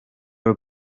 were